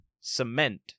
cement